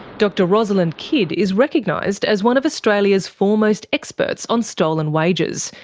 dr rosalind kidd is recognised as one of australia's foremost experts on stolen wages,